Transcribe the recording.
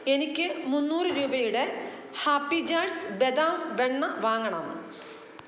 എനിക്ക് മുന്നൂറ് രൂപയുടെ ഹാപ്പി ജാർസ് ബദാം വെണ്ണ വാങ്ങണം